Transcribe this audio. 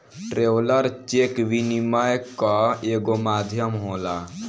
traveller cheque विनिमय कअ एगो माध्यम होला